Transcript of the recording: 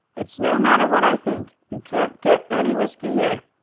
it's no matter what i think. you can't get any whisky here.